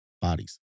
bodies